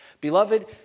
Beloved